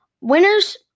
Winners